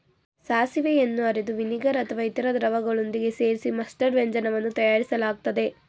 ಸಾಸಿವೆಯನ್ನು ಅರೆದು ವಿನಿಗರ್ ಅಥವಾ ಇತರ ದ್ರವಗಳೊಂದಿಗೆ ಸೇರಿಸಿ ಮಸ್ಟರ್ಡ್ ವ್ಯಂಜನವನ್ನು ತಯಾರಿಸಲಾಗ್ತದೆ